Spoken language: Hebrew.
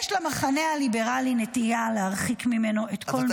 "יש למחנה הליברלי נטייה להרחיק ממנו את כל מי" --- זה לא מספיק זמן.